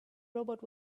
robot